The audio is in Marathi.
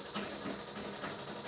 कंदमुळं साठवणीसाठी वाढतात